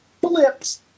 Blips